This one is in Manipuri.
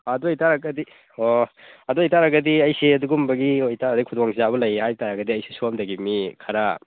ꯑꯥ ꯑꯗꯨ ꯑꯣꯏꯇꯔꯒꯗꯤ ꯑꯣ ꯑꯗꯨ ꯑꯣꯏꯇꯔꯒꯗꯤ ꯑꯩꯁꯦ ꯑꯗꯨꯒꯨꯝꯕꯒꯤ ꯑꯣꯏꯇꯔꯒꯗꯤ ꯈꯨꯗꯣꯡ ꯆꯥꯕ ꯂꯩ ꯍꯥꯏꯇꯔꯒꯗꯤ ꯑꯩꯁꯨ ꯁꯣꯝꯗꯒꯤ ꯃꯤ ꯈꯔ